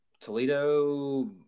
Toledo